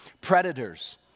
predators